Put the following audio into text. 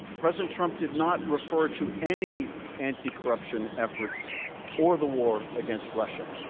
president trump did not refer to any anticorruption efforts or the war against russia.